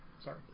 Sorry